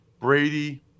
Brady